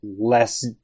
less